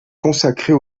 consacrées